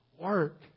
work